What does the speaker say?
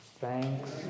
Thanks